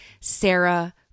Sarah